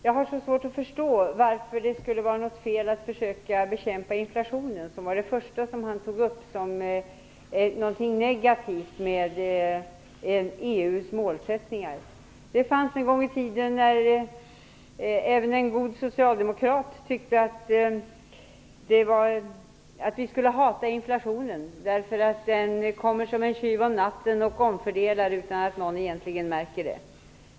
Jag har dock svårt att förstå varför det skulle vara något fel med att bekämpa inflationen. Det var ju det första som Bengt-Ola Ryttar nämnde som något negativt med EU:s målsättningar. En gång i tiden tyckte även en god socialdemokrat att vi skulle hata inflationen, som kommer som en tjuv om natten och omfördelar utan att någon egentligen märker det.